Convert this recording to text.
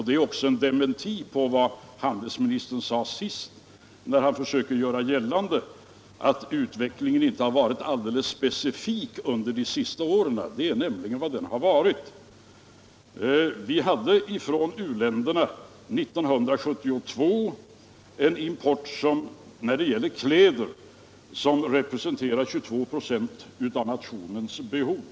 Det är också en dementi på vad handelsministern sade senast, när han försökte göra gällande att utvecklingen inte har varit alldeles specifik under de senaste åren; det är nämligen vad den har varit. Vi = Försörjningsberedhade 1972 när det gäller kläder en import från u-länderna som repre = skapen på tekoomsenterade 22 96 av nationens behov.